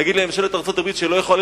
להגיד לממשלת ארצות-הברית שהיא לא יכולה